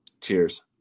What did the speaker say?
Cheers